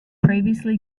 previously